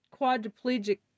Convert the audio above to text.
quadriplegic